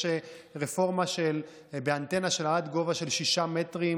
יש רפורמה באנטנה של עד גובה של שישה מטרים